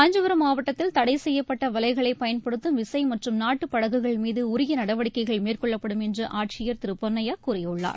காஞ்சிபுரம் மாவட்டத்தில் தடை செய்யப்பட்ட வலைகளை பயன்படுத்தும் விசை மற்றும் நாட்டுப் படகுகள் மீது உரிய நடவடிக்கைகள் மேற்கொள்ளப்படும் என்று ஆட்சியர் திரு பொன்னையா கூறியுள்ளார்